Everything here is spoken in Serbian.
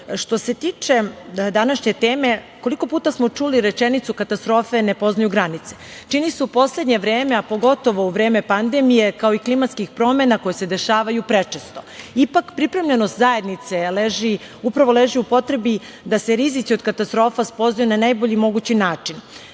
se tiče današnje teme, koliko puta smo čuli rečenicu da katastrofe ne poznaju granice? Čini se u poslednje vreme, a pogotovo u vreme pandemije, kao i klimatskih promena koje se dešavaju prečesto. Ipak, pripremljenost zajednice upravo leži u potrebi da se rizici od katastrofa spoznaju na najbolji mogući